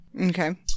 Okay